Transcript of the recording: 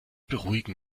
beruhigen